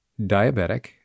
diabetic